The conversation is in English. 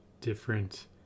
different